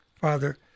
Father